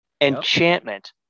Enchantment